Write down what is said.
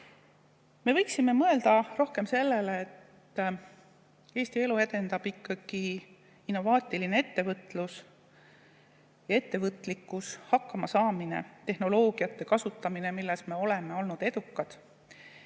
Me võiksime mõelda rohkem sellele, et Eesti elu edendab ikkagi innovaatiline ettevõtlus ja ettevõtlikkus, hakkamasaamine, tehnoloogiate kasutamine, milles me oleme olnud edukad.